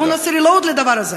בואו נעשה reload לדבר הזה.